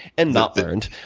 and not learned.